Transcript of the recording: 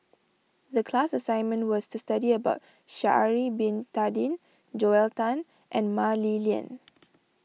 the class assignment was to study about Sha'ari Bin Tadin Joel Tan and Mah Li Lian